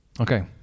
Okay